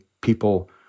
people